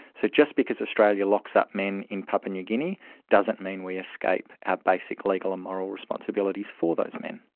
so just because australia locks up men in papua new guinea doesn't mean we escape our basic legal and moral responsibilities for those men.